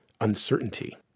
uncertainty